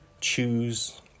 choose